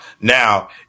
Now